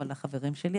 אבל לחברים שלי,